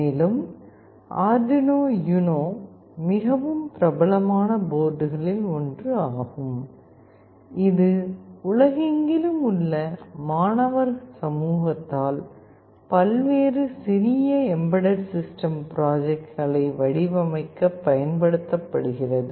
மேலும் Arduino Uno மிகவும் பிரபலமான போர்டுகளில் ஒன்று ஆகும் இது உலகெங்கிலும் உள்ள மாணவர் சமூகத்தால் பல்வேறு சிறிய எம்பெட்டட் சிஸ்டம் பிராஜக்ட்களை வடிவமைக்கப் பயன்படுத்தப்படுகிறது